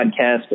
podcast